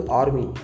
army